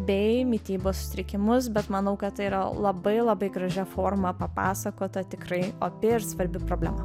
bei mitybos sutrikimus bet manau kad tai yra labai labai gražia forma papasakota tikrai opi ir svarbi problema